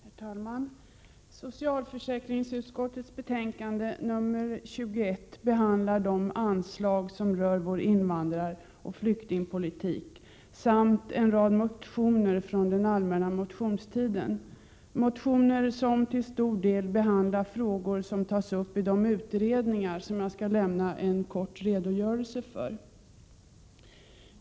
Herr talman! I socialförsäkringsutskottets betänkande nr 21 behandlas de anslag som rör invandraroch flyktingpolitik samt en rad motioner från den allmänna motionstiden. I motionerna behandlas till stor del frågor som tas upp i de utredningar som jag skall lämna en kort redogörelse för.